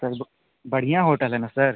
sir बढ़िया hotel है न सर